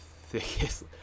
thickest